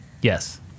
Yes